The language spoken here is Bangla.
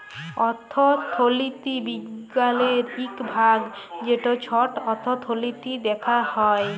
অথ্থলিতি বিজ্ঞালের ইক ভাগ যেট ছট অথ্থলিতি দ্যাখা হ্যয়